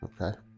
okay